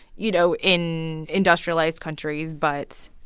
you know, in industrialized countries but.